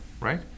right